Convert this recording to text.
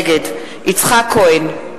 נגד יצחק כהן,